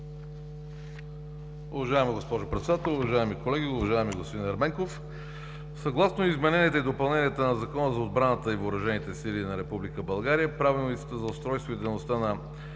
Уважаема госпожо Председател, уважаеми колеги, уважаеми господин Ерменков! Съгласно измененията и допълненията на Закона за отбраната и въоръжените сили на Република България правилниците за устройството и дейността на